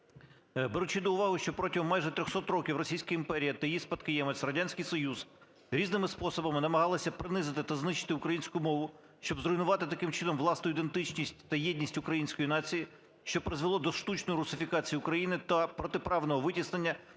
"беручи до уваги, що протягом майже 300 років Російська імперія та її спадкоємець Радянський Союз різними способами намагалися принизити та знищити українську мову, щоб зруйнувати таким чином власну ідентичність та єдність української нації, що призвело до штучної русифікації України та протиправного витіснення